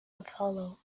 apollo